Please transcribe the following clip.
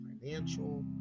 financial